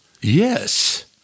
Yes